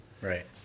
Right